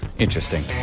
Interesting